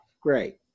Great